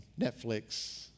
Netflix